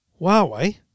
Huawei